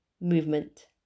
movement